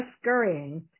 scurrying